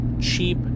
cheap